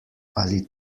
ali